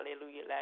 hallelujah